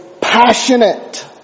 passionate